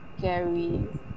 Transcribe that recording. Gary